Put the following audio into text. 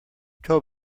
told